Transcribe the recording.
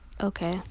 okay